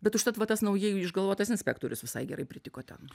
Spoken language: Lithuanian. bet užtat va tas naujai išgalvotas inspektorius visai gerai pritiko ten